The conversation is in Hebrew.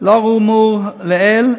לאור האמור לעיל,